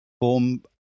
form